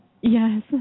yes